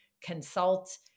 consult